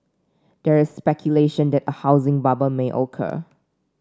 there is speculation that a housing bubble may occur